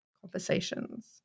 conversations